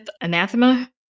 anathema